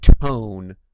tone